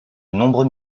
nombreux